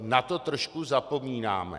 Na to trošku zapomínáme.